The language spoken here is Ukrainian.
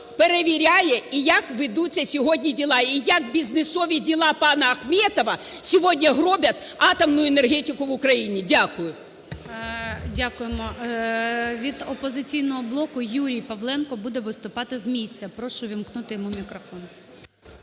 перевіряє і як ведуться сьогодні справи, і як бізнесові справи пана Ахметова сьогодні гроблять атомну енергетику в Україні. Дякую. ГОЛОВУЮЧИЙ. Дякуємо. Від "Опозиційного блоку" Юрій Павленко буде виступати з місця. Прошу ввімкнути йому мікрофон.